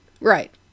Right